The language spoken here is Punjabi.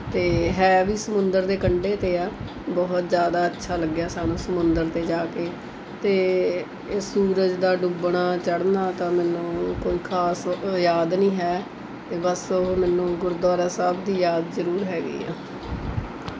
ਅਤੇ ਹੈ ਵੀ ਸਮੁੰਦਰ ਦੇ ਕੰਢੇ 'ਤੇ ਹੈ ਬਹੁਤ ਜ਼ਿਆਦਾ ਅੱਛਾ ਲੱਗਿਆ ਸਾਨੂੰ ਸਮੁੰਦਰ 'ਤੇ ਜਾ ਕੇ ਅਤੇ ਸੂਰਜ ਦਾ ਡੁੱਬਣਾ ਚੜ੍ਹਨਾ ਤਾਂ ਮੈਨੂੰ ਕੋਈ ਖਾਸ ਯਾਦ ਨਹੀਂ ਹੈ ਬਸ ਉਹ ਮੈਨੂੰ ਗੁਰਦੁਆਰਾ ਸਾਹਿਬ ਦੀ ਯਾਦ ਜ਼ਰੂਰ ਹੈਗੀ ਆ